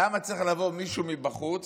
למה צריך לבוא מישהו מבחוץ